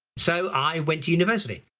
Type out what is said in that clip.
so i went to university.